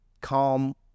Calm